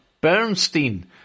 Bernstein